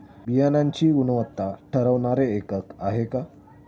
बियाणांची गुणवत्ता ठरवणारे एकक आहे का?